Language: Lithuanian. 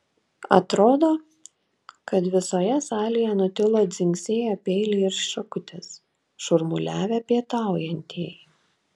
atrodo kad visoje salėje nutilo dzingsėję peiliai ir šakutės šurmuliavę pietaujantieji